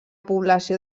població